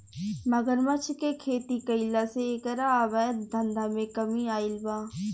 मगरमच्छ के खेती कईला से एकरा अवैध धंधा में कमी आईल बा